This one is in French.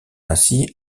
ainsi